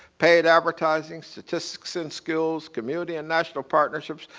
paid advertising, statistics and skills, community and national partnerships,